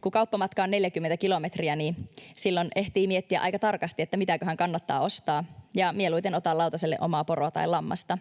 Kun kauppamatka on 40 kilometriä, niin silloin ehtii miettiä aika tarkasti, mitäköhän kannattaa ostaa, ja mieluiten otan lautaselle omaa poroa tai lammasta.